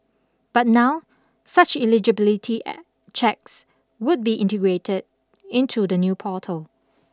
but now such eligibility checks would be integrated into the new portal